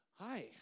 hi